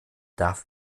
darf